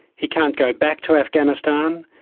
he can't go back to afghanistan,